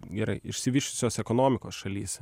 gerai išsivysčiusios ekonomikos šalyse